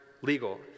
legal